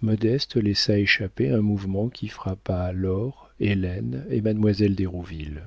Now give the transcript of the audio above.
modeste laissa échapper un mouvement qui frappa laure hélène et mademoiselle d'hérouville